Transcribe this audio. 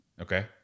okay